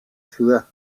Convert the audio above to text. ciudad